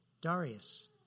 Darius